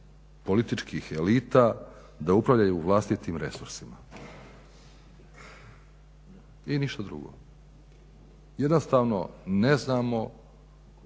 političkih elita da upravljaju vlastitim resursima i ništa drugo. Jednostavno ne znamo